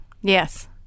Yes